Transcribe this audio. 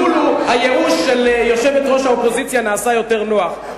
בהונולולו הייאוש של יושבת-ראש האופוזיציה נעשה יותר נוח,